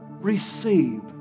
receive